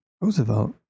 Roosevelt